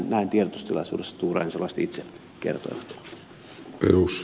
näin tiedotustilaisuudessa storaensolaiset itse kertoivat